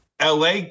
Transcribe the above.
LA